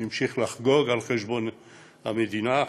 המשיך לחגוג על חשבון המדינה,